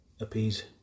Appease